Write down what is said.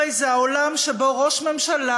הרי זה העולם שבו ראש ממשלה,